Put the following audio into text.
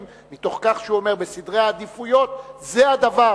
מתוך כך שהוא אומר: בסדרי העדיפויות זה הדבר,